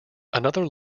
another